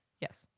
Yes